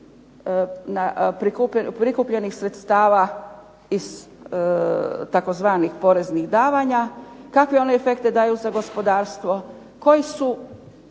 prikupljenih sredstava iz tzv. poreznih davanja? Kakve one efekte daju za gospodarstvo? Tko ih